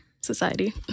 Society